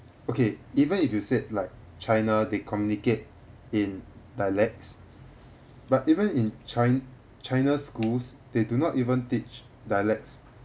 okay even if you said like china they communicate in dialects but even in chi~ china's schools they do not even teach dialects